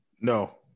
No